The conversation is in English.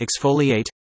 exfoliate